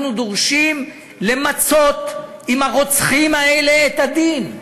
אנחנו דורשים למצות עם הרוצחים האלה את הדין.